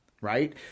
right